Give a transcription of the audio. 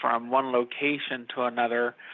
from one location to another.